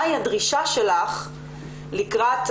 מהי הדרישה שלך לקראת,